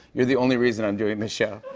you're the only reason i'm doing this show.